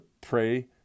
pray